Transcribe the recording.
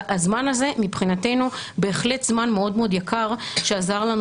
והזמן הזה מבחינתנו בהחלט זמן מאוד יקר שעזר לנו